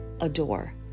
adore